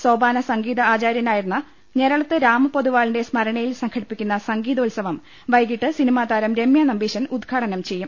സോപാന സംഗീതാചാര്യനായിരുന്ന രാമ പൊതുവാളിന്റെ സ്മരണയിൽ സംഘടിപ്പിക്കുന്ന സംഗീതോത്സവം വൈകിട്ട് സിനിമാ താരം രമ്യ നമ്പീശൻ ഉദ്ഘാടനം ചെയ്യും